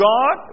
God